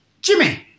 Jimmy